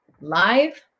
live